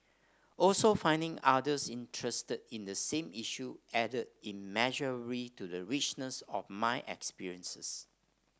also finding others interested in the same issue added immeasurably to the richness of my experiences